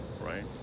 right